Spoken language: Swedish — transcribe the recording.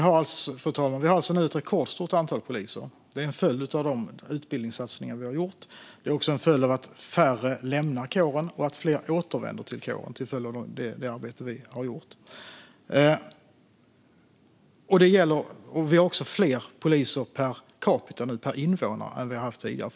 Fru talman! Vi har alltså nu ett rekordstort antal poliser. Det är en följd av de utbildningssatsningar vi har gjort och av att färre lämnar kåren och fler återvänder till den, till följd av det arbete vi har gjort. Vi har nu också fler poliser per capita, per invånare, än vi har haft tidigare.